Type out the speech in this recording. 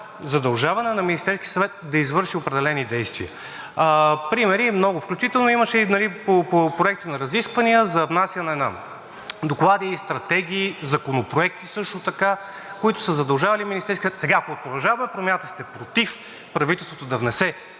задължаване на Министерския съвет да извърши определени действия. Примери много, включително имаше по проекти на разисквания за внасяне на доклади, стратегии, законопроекти също така, които са задължавали Министерския съвет. Сега, ако от „Продължаваме Промяната“ сте против правителството да внесе